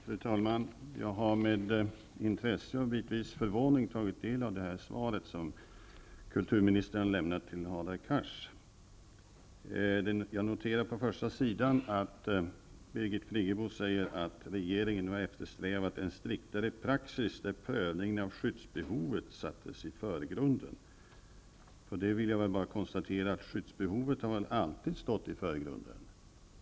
Fru talman! Jag har med intresse och bitvis förvåning tagit del av det svar som kulturministern har lämnat till Hadar Cars. Jag noterade att Birgit Friggebo i början av sitt svar sade att regeringen har eftersträvat en striktare praxis där prövningen av skyddsbehovet sattes i förgrunden. Jag kan bara konstatera att skyddsbehovet väl alltid har stått i förgrunden.